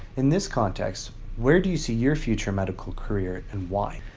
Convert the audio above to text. in this context, where do you see your future medical career and why?